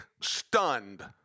stunned